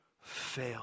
fail